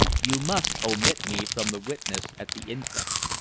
you must omit me from the witnesses at the inquest.